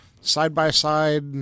side-by-side